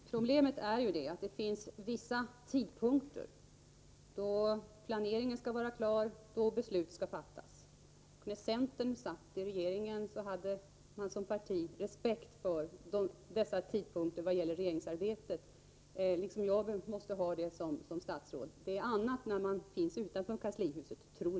Herr talman! Problemet är ju att vi har vissa tidpunkter då planeringen skall vara klar och då besluten skall fattas. När centern satt i regeringen hade man som parti respekt för dessa tidpunkter för regeringsarbetet, liksom jag som statsråd måste ha det. Det är annat när man befinner sig utanför kanslihuset.